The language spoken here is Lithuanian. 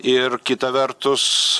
ir kita vertus